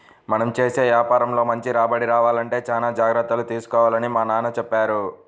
మనం చేసే యాపారంలో మంచి రాబడి రావాలంటే చానా జాగర్తలు తీసుకోవాలని మా నాన్న చెప్పారు